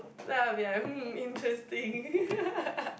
then I'll be like um interesting